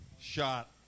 shot